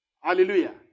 Hallelujah